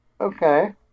okay